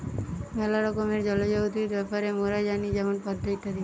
ম্যালা রকমের জলজ উদ্ভিদ ব্যাপারে মোরা জানি যেমন পদ্ম ইত্যাদি